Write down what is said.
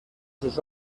sus